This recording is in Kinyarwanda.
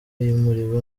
yimuriwe